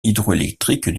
hydroélectriques